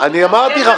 אני אמרתי לך,